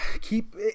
Keep